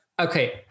okay